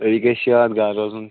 ہیے یہِ گَژھِ یادگار روزُن